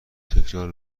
تکرار